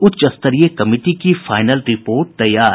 उच्चस्तरीय कमिटी की final report तैयार